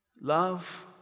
Love